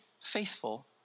faithful